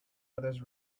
others